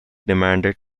demanded